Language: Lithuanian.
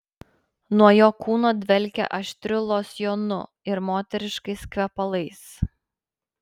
nuo jo kūno dvelkė aštriu losjonu ir moteriškais kvepalais